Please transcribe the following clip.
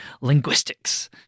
linguistics